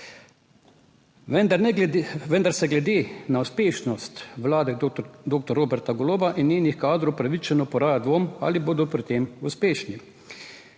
Vendar se glede na uspešnost vlade doktor Roberta Goloba in njenih kadrov upravičeno poraja dvom, ali bodo pri tem uspešni.